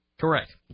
Correct